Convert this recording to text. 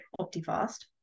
Optifast